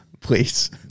Please